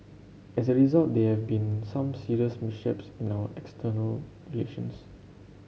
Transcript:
as a result there have been some serious mishaps in our external relations